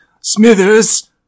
Smithers